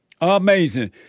Amazing